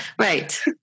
right